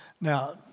Now